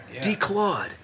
Declawed